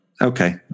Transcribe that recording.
Okay